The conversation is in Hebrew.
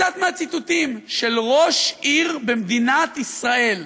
מקצת מהציטוטים של ראש עיר במדינת ישראל: